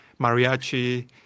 mariachi